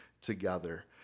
together